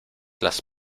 las